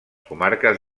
comarques